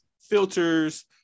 filters